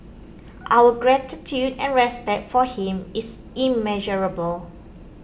our gratitude and respect for him is immeasurable